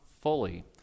fully